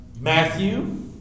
Matthew